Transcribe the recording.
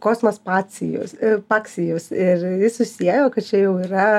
kosmas pacijus paksijus ir susiejo kad čia jau yra